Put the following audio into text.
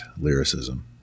lyricism